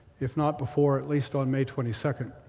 if not before at least on may twenty second.